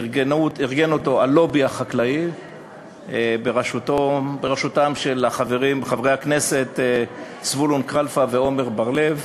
ארגן אותו הלובי החקלאי בראשות חברי הכנסת זבולון כלפה ועמר בר-לב,